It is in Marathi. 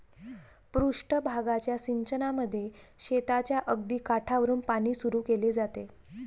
पृष्ठ भागाच्या सिंचनामध्ये शेताच्या अगदी काठावरुन पाणी सुरू केले जाते